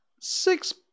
Six